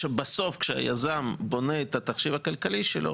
כשהיזם בונה את התחשיב הכלכלי שלו,